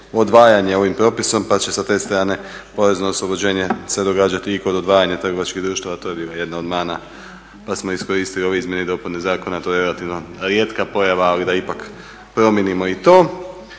odvajanje ovim propisom pa će sa te strane porezno oslobođenje se događati i kod odvajanja trgovačkih društava. To je bila jedna od mana pa smo iskoristili ove izmjene i dopune zakona, a to je relativno rijetka pojava ali da ipak promijenimo i to.